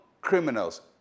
criminals